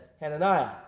Hananiah